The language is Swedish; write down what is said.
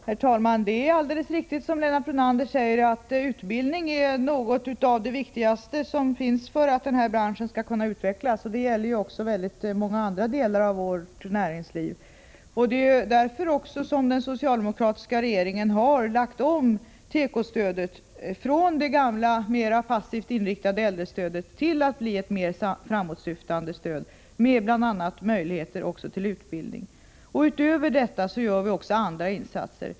Herr talman! Det är alldeles riktigt, som Lennart Brunander säger, att Tisdagen den utbildning är något av det viktigaste som finns för att den här branschen skall 12 mars 1985 kunna utvecklas. Det gäller också många andra delar av vårt näringsliv. Det är också därför som den socialdemokratiska regeringen har lagt om Om ökad utbildtekostödet från det gamla mer passivt inriktade äldrestödet till att bli ett mer framåtsyftande stöd med bl.a. möjligheter till utbildning. Utöver detta gör vi också andra insatser.